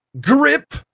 grip